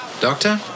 Doctor